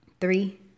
Three